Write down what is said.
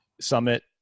Summit